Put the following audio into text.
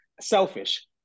selfish